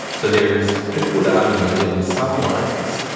so there is a good argument that in some ways,